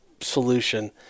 solution